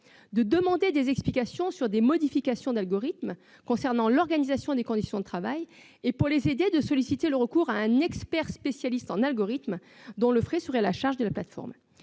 de demander des explications sur des modifications d'algorithme concernant l'organisation et les conditions de travail, et les aiderait à solliciter le recours à un expert spécialiste en algorithmes dont les frais seraient à la charge de la plateforme.